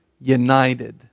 united